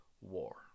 war